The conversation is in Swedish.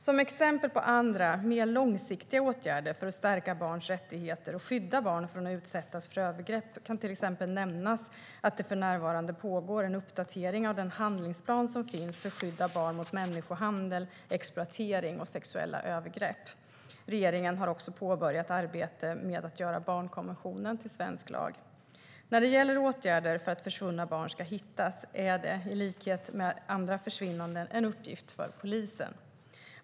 Som exempel på andra och mer långsiktiga åtgärder för att stärka barns rättigheter och skydda barn från att utsättas för övergrepp kan till exempel nämnas att det för närvarande pågår en uppdatering av den handlingsplan som finns för skydd av barn mot människohandel, exploatering och sexuella övergrepp. Regeringen har också påbörjat arbetet med att göra barnkonventionen till svensk lag. När det gäller åtgärder för att försvunna barn ska hittas är det, i likhet med andra försvinnanden, en uppgift för polisen.